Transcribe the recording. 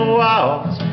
walls